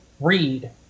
read